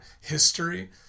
history